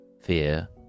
fear